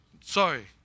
sorry